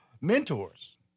mentors